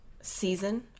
season